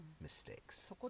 mistakes